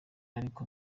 ariko